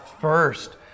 first